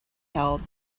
held